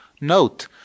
Note